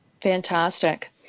Fantastic